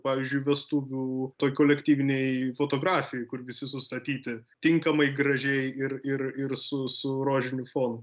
pavyzdžiui vestuvių toj kelktyvinėj fotografijoj kur visi sustatyti tinkamai gražiai ir ir ir su rožiniu fonu